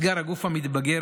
אתגר הגוף המתבגר,